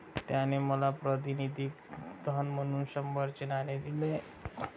त्याने मला प्रातिनिधिक धन म्हणून शंभराचे नाणे दिले